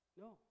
No